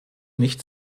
nicht